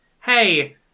hey